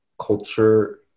culture